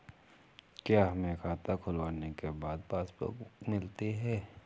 क्या हमें खाता खुलवाने के बाद पासबुक मिलती है?